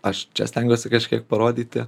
aš čia stengiuosi kažkiek parodyti